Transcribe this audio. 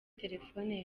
telefone